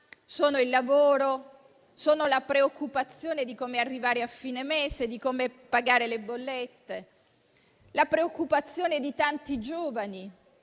il lavoro o la preoccupazione di come arrivare a fine mese e pagare le bollette. C'è poi la preoccupazione di tanti giovani,